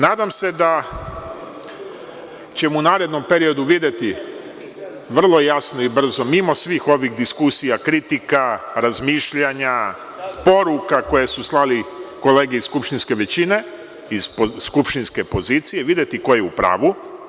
Nadam se da ćemo u narednom periodu videti vrlo jasno i brzo, mimo svih ovih diskusija, kritika, razmišljanja, poruka koje su slali kolege iz skupštinske većine, iz skupštinske pozicije, videti ko je u pravu.